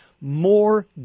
more